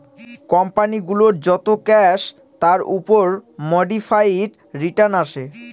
company গুলোর যত cash তার উপর মোডিফাইড রিটার্ন আসে